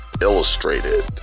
illustrated